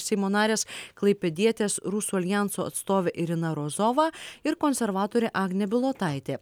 seimo narės klaipėdietės rusų aljanso atstovė irina rozova ir konservatorė agnė bilotaitė